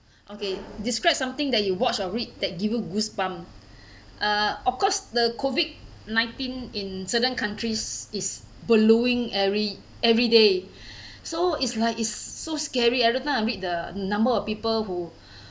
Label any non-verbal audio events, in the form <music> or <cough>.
okay describe something that you watch or read that give you goosebumps uh of course the COVID-nineteen in certain countries is blowing every everyday <breath> so it's like it's so scary every time I read the number of people who